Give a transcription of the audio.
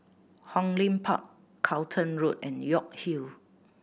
Hong Lim Park Charlton Road and York Hill